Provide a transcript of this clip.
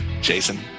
Jason